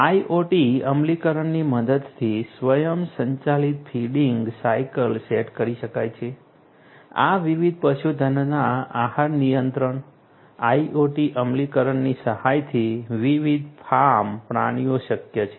IoT અમલીકરણની મદદથી સ્વયંસંચાલિત ફીડિંગ સાયકલ સેટ કરી શકાય છે આ વિવિધ પશુધનના આહાર નિયંત્રણ IoT અમલીકરણની સહાયથી વિવિધ ફાર્મ પ્રાણીઓ શક્ય છે